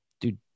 dude